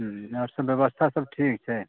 हुँ आओर सभ बेबस्था सब ठीक छै